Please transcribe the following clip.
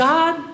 God